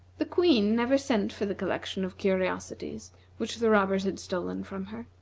the queen never sent for the collection of curiosities which the robbers had stolen from her.